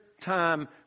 time